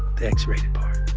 the x-rated part